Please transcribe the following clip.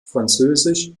französisch